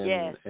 Yes